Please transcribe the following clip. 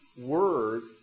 words